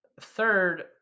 third